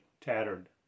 tattered